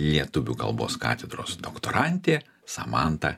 lietuvių kalbos katedros doktorantė samanta